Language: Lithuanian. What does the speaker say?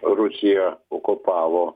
rusija okupavo